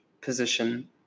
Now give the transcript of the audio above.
position